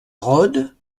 rhôde